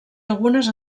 algunes